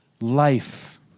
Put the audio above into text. life